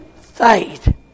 faith